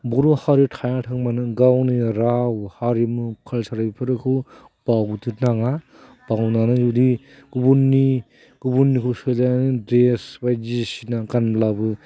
बर' हारि थायाथों मानो गावनि राव हारिमु कालचार बेफोरखौ बावजोबनो नाङा बावनानै जुदि गुबुननि गुबुनखौ सोलायनानै ड्रेस बायदिसिना गानब्लाबो